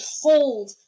hold